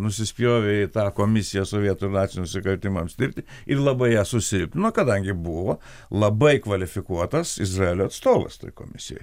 nusispjovė į tą komisiją sovietų ir nacių nusikaltimams tirti ir labai ją susilpnino kadangi buvo labai kvalifikuotas izraelio atstovas toj komisijoj